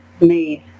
made